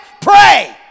pray